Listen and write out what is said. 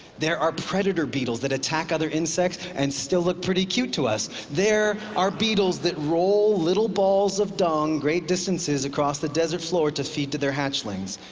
there are predator beetles, that attack other insects and still look pretty cute to us. there are beetles that roll little balls of dung great distances across the desert floor to feed to their hatchlings.